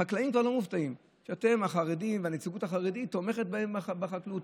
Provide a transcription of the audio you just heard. החקלאים כבר לא מופתעים שהחרדים והנציגות החרדית תומכים בהם בחקלאות.